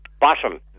BOTTOM